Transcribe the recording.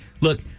Look